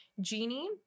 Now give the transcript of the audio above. Genie